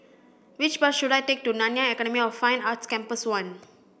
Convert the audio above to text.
which bus should I take to Nanyang Academy of Fine Arts Campus One